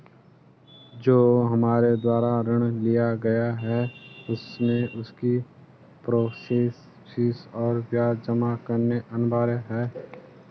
जो हमारे द्वारा ऋण लिया गया है उसमें उसकी प्रोसेस फीस और ब्याज जमा करना अनिवार्य है?